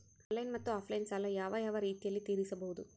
Online ಮತ್ತೆ offline ಸಾಲ ಯಾವ ಯಾವ ರೇತಿನಲ್ಲಿ ತೇರಿಸಬಹುದು?